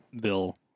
bill